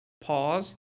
pause